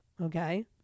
okay